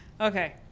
okay